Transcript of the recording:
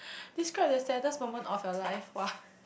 describe the saddest moment of your life !wah!